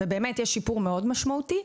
ויש באמת שיפור מאוד משמעותי.